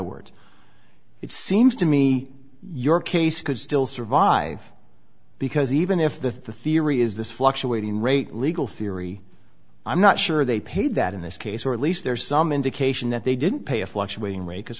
word it seems to me your case could still survive because even if the theory is this fluctuating rate legal theory i'm not sure they paid that in this case or at least there's some indication that they didn't pay a fluctuating rate because